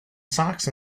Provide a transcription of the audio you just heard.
socks